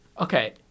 Okay